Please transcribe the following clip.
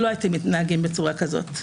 לא הייתם מתנהגים בצורה כזאת.